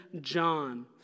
John